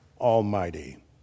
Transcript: Almighty